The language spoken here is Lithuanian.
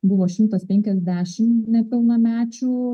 buvo šimtas penkiasdešim nepilnamečių